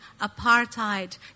apartheid